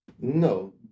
No